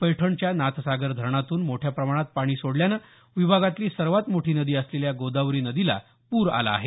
पैठणच्या नाथसागर धरणातून मोठ्या प्रमाणात पाणी सोडल्यामुळे विभागातली सर्वात मोठी नदी असलेल्या गोदावरी नदीला पूर आला आहे